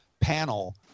panel